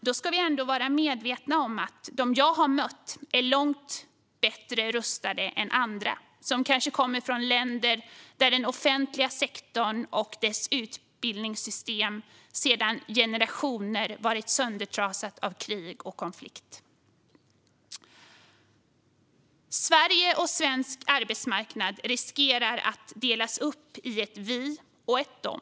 Då ska vi ändå vara medvetna om att de jag har mött är långt bättre rustade än andra, som kanske kommer från länder där den offentliga sektorn och dess utbildningssystem sedan generationer är söndertrasade av krig och konflikt. Sverige och svensk arbetsmarknad riskerar att delas upp i ett vi och ett dem.